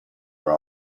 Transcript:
were